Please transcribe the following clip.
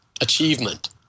achievement